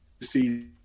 see